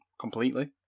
completely